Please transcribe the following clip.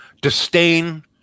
Disdain